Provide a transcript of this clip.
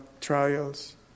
trials